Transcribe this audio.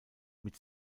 mit